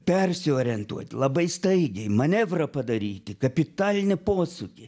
persiorientuot labai staigiai manevrą padaryti kapitalinį posūkį